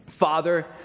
Father